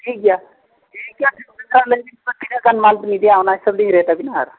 ᱴᱷᱤᱠ ᱜᱮᱭᱟ ᱴᱷᱤᱠ ᱜᱮᱭᱟ ᱞᱟᱹᱭᱵᱮᱱ ᱛᱤᱱᱟᱹᱜ ᱜᱟᱱ ᱢᱟᱞᱵᱮᱱ ᱤᱫᱤᱭᱟ ᱚᱱᱟ ᱦᱤᱥᱟᱹᱵᱞᱤᱧ ᱨᱮᱹᱴ ᱟᱹᱵᱤᱱᱟ ᱟᱨ